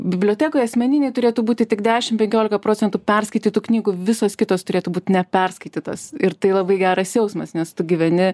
bibliotekoje asmeninėj turėtų būti tik dešim penkiolika procentų perskaitytų knygų visos kitos turėtų būt neperskaitytos ir tai labai geras jausmas nes tu gyveni